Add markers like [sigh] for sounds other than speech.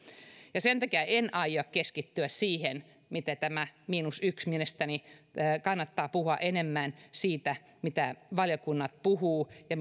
ja sen takia en aio keskittyä siihen mitä on tämä miinus yksi mielestäni kannattaa puhua enemmän siitä mitä valiokunnat puhuvat ja [unintelligible]